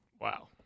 Wow